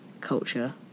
culture